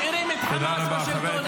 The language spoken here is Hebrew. אתם משאירים את חמאס בשלטון.